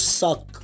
suck